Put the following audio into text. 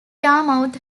yarmouth